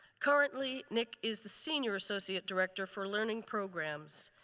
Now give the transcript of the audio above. currently, nic is the senior associate director for learning programs.